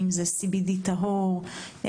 או CBD טהור.